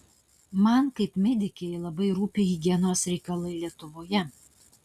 man kaip medikei labai rūpi higienos reikalai lietuvoje